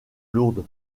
lourdes